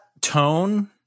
tone